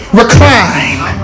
recline